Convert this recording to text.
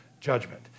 judgment